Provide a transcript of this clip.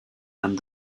and